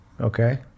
Okay